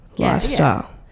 lifestyle